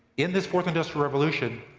in this fourth industrial revolution,